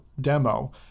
demo